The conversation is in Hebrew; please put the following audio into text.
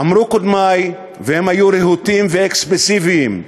אמרו קודמי, והם היו רהוטים ואקספרסיביים: